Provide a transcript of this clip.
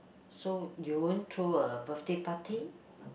so you won't throw a birthday party